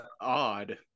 odd